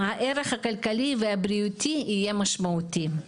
הערך הכלכלי והבריאותי יהיה משמעותי.